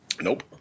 Nope